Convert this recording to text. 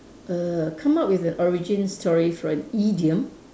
err come up with an origin story for an idiom